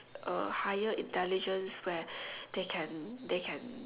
a higher intelligence where they can they can